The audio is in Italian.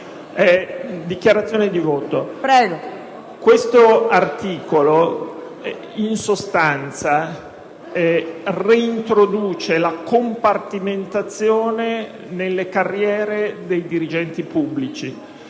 Signora Presidente, questo articolo, in sostanza, reintroduce la compartimentazione nelle carriere dei dirigenti pubblici.